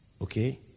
okay